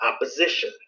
opposition